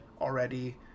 already